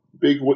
Big